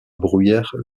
bruyères